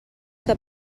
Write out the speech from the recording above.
que